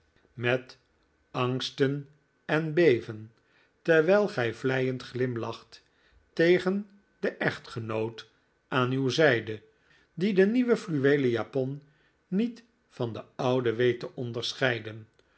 met angsten en beven terwijl gij vleiend glimlacht tegen den echtgenoot aan uw zijde die de nieuwe fluweelen japon niet van de oude weet te onderscheiden